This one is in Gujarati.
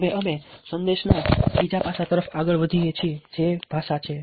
હવે અમે સંદેશના સંદર્ભમાં બીજા પાસાં તરફ આગળ વધીએ છીએ જે ભાષા છે